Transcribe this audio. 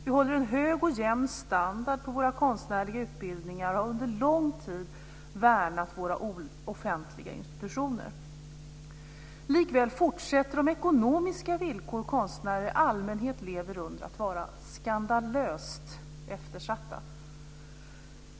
Vi håller en hög och jämn standard på våra konstnärliga utbildningar och har under lång tid värnat våra offentliga institutioner. Likväl fortsätter de ekonomiska villkor som konstnärer i allmänhet lever under att vara skandalöst eftersatta.